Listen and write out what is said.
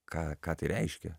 ką ką tai reiškia